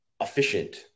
efficient